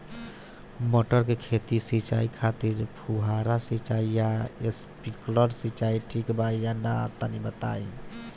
मटर के खेती के सिचाई खातिर फुहारा सिंचाई या स्प्रिंकलर सिंचाई ठीक बा या ना तनि बताई?